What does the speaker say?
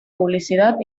publicidad